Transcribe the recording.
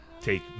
take